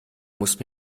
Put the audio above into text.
musst